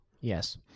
Yes